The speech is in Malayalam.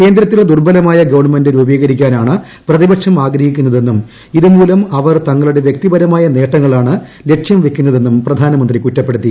കേന്ദ്രത്തിൽ ദൂർബലമായ ഗവൺമെന്റ് രൂപീകരിക്കാനാണ് പ്രതിപക്ഷം ആഗ്രഹിക്കുന്നതെന്നും ഇതുമൂലം അവർ തങ്ങളുടെ വ്യക്തിപരമായ നേട്ടങ്ങളാണ് ലക്ഷ്യം വയ്ക്കുന്നതെന്നും പ്രധാനമന്ത്രി കുറ്റപ്പെടുത്തി